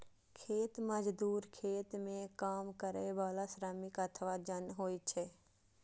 खेत मजदूर खेत मे काम करै बला श्रमिक अथवा जन होइ छै